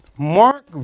Mark